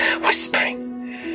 whispering